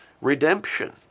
redemption